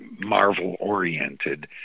Marvel-oriented